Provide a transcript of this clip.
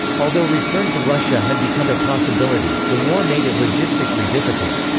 although return to russia had become a possibility, the war made it logistically difficult.